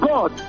God